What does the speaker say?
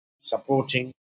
supporting